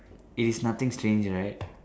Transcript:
it is nothing strange right